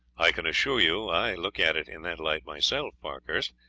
i can assure you i look at it in that light myself, parkhurst,